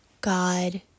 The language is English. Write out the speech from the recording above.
God